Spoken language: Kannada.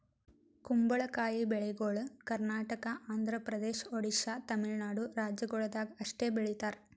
ಕುಂಬಳಕಾಯಿ ಬೆಳಿಗೊಳ್ ಕರ್ನಾಟಕ, ಆಂಧ್ರ ಪ್ರದೇಶ, ಒಡಿಶಾ, ತಮಿಳುನಾಡು ರಾಜ್ಯಗೊಳ್ದಾಗ್ ಅಷ್ಟೆ ಬೆಳೀತಾರ್